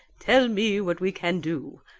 tell me what we can do.